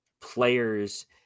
players